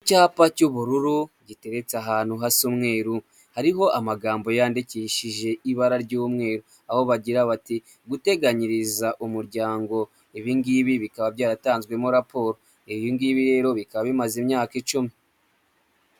Icyapa cy'ubururu giteretse ahantu hasa umweru, hariho amagambo yandikishije ibara ry'umweru aho bagira bati:"guteganyiriza umuryango", ibingibi bikaba byaratanzwemo raporo, ibingibi rero, bikaba bimaze imyaka icumi.